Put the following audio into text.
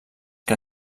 que